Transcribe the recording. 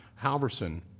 Halverson